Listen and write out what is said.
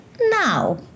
Now